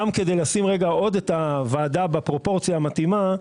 גם כדי לשים רגע עוד את הוועדה בפרופורציה המתאימה,